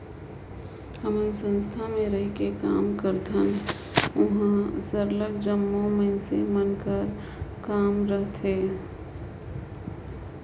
हमन संस्था में रहिके काम करथन उहाँ सरलग जम्मो मइनसे मन कर काम रहथे